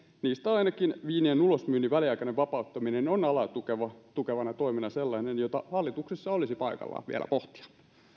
niistä ainakin viinien ulosmyynnin väliaikainen vapauttaminen on alaa tukevana tukevana toimena sellainen jota hallituksessa olisi paikallaan vielä pohtia